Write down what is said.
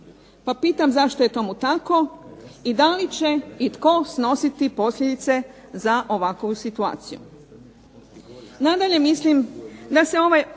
Pa pitam zašto je tomu tako? I da li će i tko snositi posljedice za ovakovu situaciju?